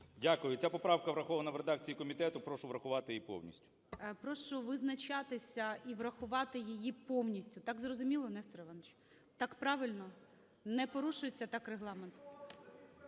Дякую. Ця поправка врахована в редакції комітету. Прошу врахувати її повністю. ГОЛОВУЮЧИЙ. Прошу визначатися і врахувати її повністю. Так зрозуміло, Нестор Іванович, так правильно, не порушується так Регламент?